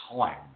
time